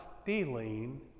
stealing